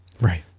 Right